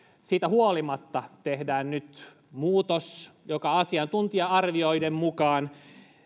siitä huolimatta tehdään nyt muutos joka asiantuntija arvioiden mukaan